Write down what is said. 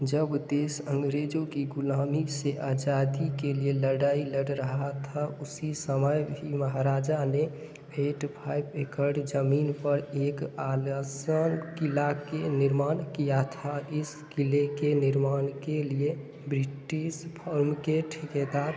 जब देश अंग्रेजों की गुलामी से आज़ादी के लिए लड़ाई लड़ रहा था उसी समय भी महाराजा ने एट फाइप एकड़ जमीन पर एक आलीशान किला के निर्माण किया था इस किले के निर्माण के लिए ब्रिटिस फर्म के ठेकेदार